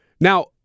Now